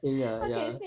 heng ah ya